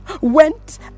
went